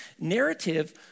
Narrative